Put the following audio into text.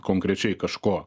konkrečiai kažko